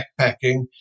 backpacking